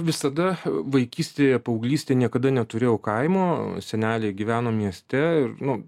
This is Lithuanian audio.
visada vaikystėje paauglystėje niekada neturėjau kaimo seneliai gyveno mieste ir nu